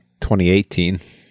2018